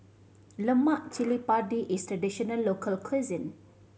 lemak cili padi is traditional local cuisine